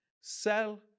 sell